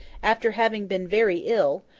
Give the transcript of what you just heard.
after having been very ill,